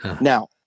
Now